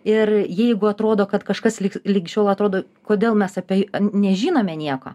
ir jeigu atrodo kad kažkas lig ligi šiol atrodo kodėl mes apie nežinome nieko